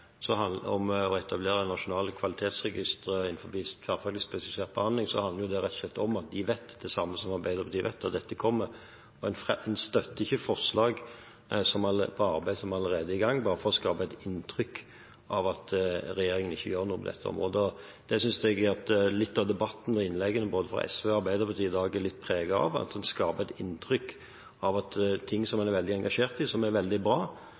om å etablere nasjonale kvalitetsregistre innenfor tverrfaglig spesialisert behandling, handler det rett og slett om at de vet det samme som Arbeiderpartiet vet, at dette kommer. En støtter ikke forslag om et arbeid som allerede er i gang, bare for å skape inntrykk av at regjeringen ikke gjør noe på dette området. Det synes jeg at litt av debatten og innleggene fra både SV og Arbeiderpartiet i dag er litt preget av. En skaper et inntrykk av at ting som man er veldig engasjert i – som er veldig bra,